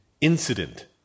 incident